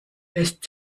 lässt